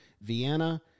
Vienna